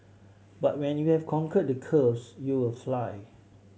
but when you have conquered the curves you will fly